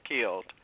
killed